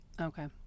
Okay